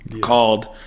called